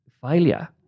failure